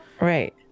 Right